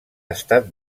estat